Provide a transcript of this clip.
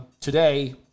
today